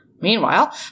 Meanwhile